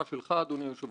המון, המון כוח